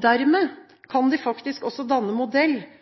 Dermed kan de faktisk også danne modell for en ny og